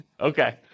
Okay